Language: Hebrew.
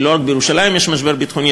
כי לא רק בירושלים יש משבר ביטחוני,